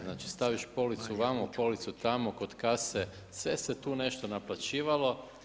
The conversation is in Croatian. Znači staviš policu vamo, policu tamo, kod kase, sve se tu nešto naplaćivalo.